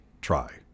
try